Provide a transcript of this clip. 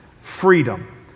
freedom